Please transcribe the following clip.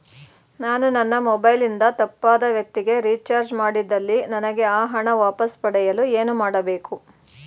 ನಾನು ನನ್ನ ಮೊಬೈಲ್ ಇಂದ ತಪ್ಪಾದ ವ್ಯಕ್ತಿಗೆ ರಿಚಾರ್ಜ್ ಮಾಡಿದಲ್ಲಿ ನನಗೆ ಆ ಹಣ ವಾಪಸ್ ಪಡೆಯಲು ಏನು ಮಾಡಬೇಕು?